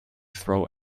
throw